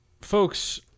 Folks